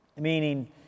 Meaning